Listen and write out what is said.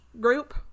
group